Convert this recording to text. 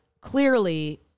clearly